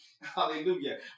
Hallelujah